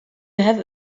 have